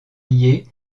lié